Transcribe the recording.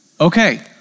Okay